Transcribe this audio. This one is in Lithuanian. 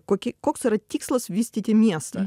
kokį koks yra tikslas vystyti miestą